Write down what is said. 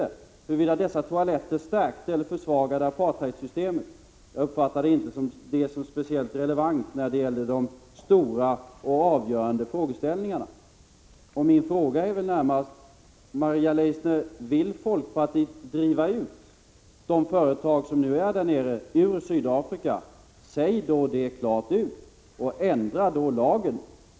Diskussionen handlade om huruvida dessa toaletter stärkte eller försvagade apartheidsystemet. Jag uppfattade inte en sådan sak som relevant i de stora och avgörande frågeställningarna. Min fråga till Maria Leissner är om folkpartiet vill driva ut de svenska företagen ur Sydafrika. Om det är fallet, säg det då klart ut och medverka till en ändring av lagen.